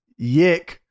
Yick